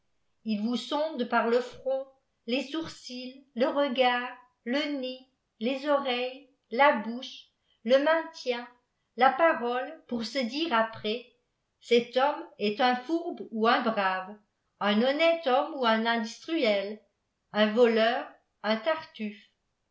il vous sonde par le front les sourcils le regarda lo ne les oreilles la bouche le maintien là parole eour se dire après cet homme est un fourbe ou un brave un onnèle homme ou un industriel un voleur un tartufe